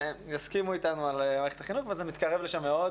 יסכימו אתנו על מערכת החינוך וזה מתקרב לשם מאוד